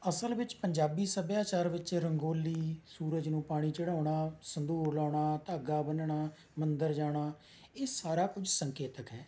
ਅਸਲ ਵਿੱਚ ਪੰਜਾਬੀ ਸੱਭਿਆਚਾਰ ਵਿੱਚ ਰੰਗੋਲੀ ਸੂਰਜ ਨੂੰ ਪਾਣੀ ਚੜ੍ਹਾਉਣਾ ਸਿੰਧੂਰ ਲਾਉਣਾ ਧਾਗਾ ਬੰਨ੍ਹਣਾ ਮੰਦਰ ਜਾਣਾ ਇਹ ਸਾਰਾ ਕੁਝ ਸੰਕੇਤਕ ਹੈ